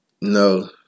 No